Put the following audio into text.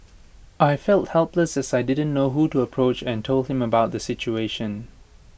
I felt helpless as I didn't know who to approach and told him about the situation